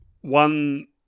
One